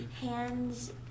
hands